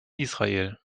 israel